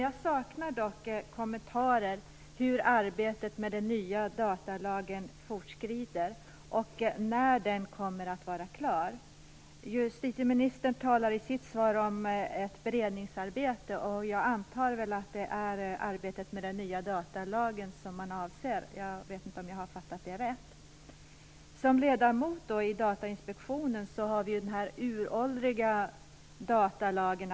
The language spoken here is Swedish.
Jag saknar dock kommentarer till hur arbetet med den nya datalagen fortskrider och när den kommer att vara klar. Justitieministern talade i sitt svar om ett beredningsarbete, och jag antar att det är arbetet med den nya datalagen som avses. Har jag fattat det rätt? Som ledamot i Datainspektionen har man att följa den uråldriga datalagen.